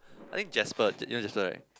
I think Jasper you know Jasper right